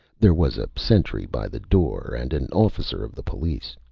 there was a sentry by the door, and an officer of the police.